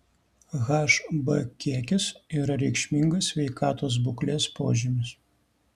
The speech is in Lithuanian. hb kiekis yra reikšmingas sveikatos būklės požymis